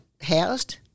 housed